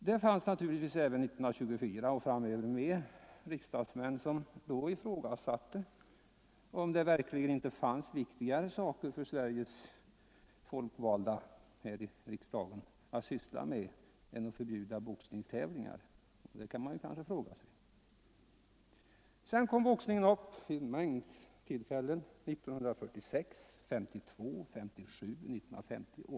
Det fanns naturligtvis redan 1924 riksdagsmän som ifrågasatte, om det verkligen inte fanns viktigare saker att syssla med för Sveriges folkvalda här i riksdagen än att förbjuda boxningstävlingar, och det kan man kanske förstå. Frågan om förbud mot boxning har emellertid kommit upp vid en mängd tillfällen: 1946, 1952, 1957 och 1958.